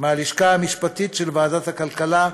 מהלשכה המשפטית של ועדת הכלכלה,